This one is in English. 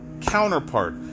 counterpart